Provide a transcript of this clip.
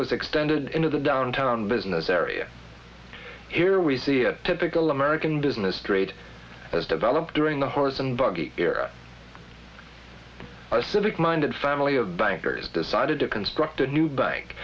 was extended into the downtown business area here we see a typical american business trade as developed during the horse and buggy era a civic minded family of bankers decided to construct a new bike